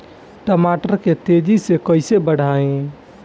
टमाटर के तेजी से कइसे बढ़ाई?